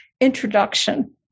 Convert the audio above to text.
introduction